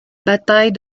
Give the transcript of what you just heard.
bataille